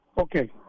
Okay